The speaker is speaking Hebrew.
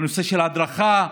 הדרכה,